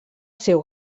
seu